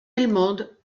allemande